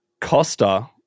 Costa